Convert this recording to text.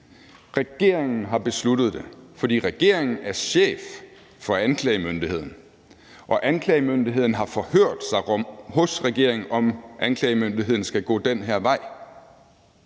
Regeringen har besluttet det, fordi regeringen er chef for anklagemyndigheden og anklagemyndigheden har forhørt sig hos regeringen, om anklagemyndigheden skal gå den her vej.